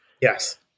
Yes